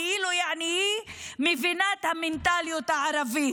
כאילו יעני היא מבינה את המנטליות הערבית.